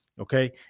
Okay